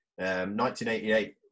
1988